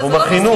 בתחום החינוך.